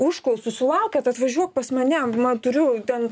užklausų sulaukiat atvažiuok pas mane man turiu ten